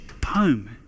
poem